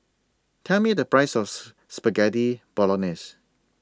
Tell Me The Price of Spaghetti Bolognese